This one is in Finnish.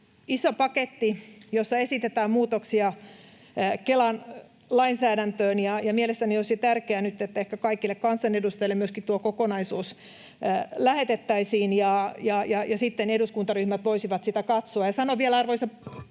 iso paketti, jossa esitetään muutoksia Kelan lainsäädäntöön, ja mielestäni olisi tärkeää nyt, että kaikille kansanedustajille myöskin tuo kokonaisuus lähetettäisiin ja sitten eduskuntaryhmät voisivat sitä katsoa.